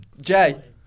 Jay